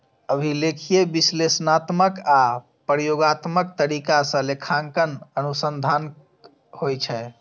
अभिलेखीय, विश्लेषणात्मक आ प्रयोगात्मक तरीका सं लेखांकन अनुसंधानक होइ छै